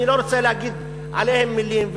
אני לא רוצה להגיד עליהם מילים,